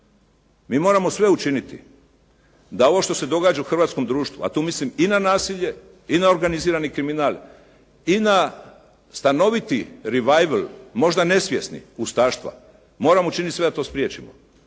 mi moramo sve učiniti da ovo što se događa u hrvatskom društvu, a tu mislim i na nasilje i na organizirani kriminal i na stanoviti «revival» možda nesvjesni ustaštva, moramo učiniti sve da to spriječimo.